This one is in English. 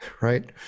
right